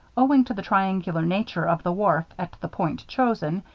owing to the triangular nature of the wharf, at the point chosen,